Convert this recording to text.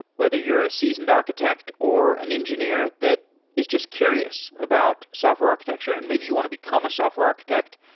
whether you're a seasoned architect or an engineer that is just curious about software architecture and maybe you want to become a software architect,